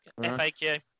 FAQ